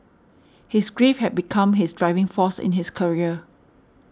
his grief had become his driving force in his career